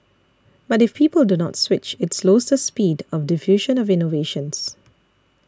but if people do not switch it slows the speed of diffusion of innovations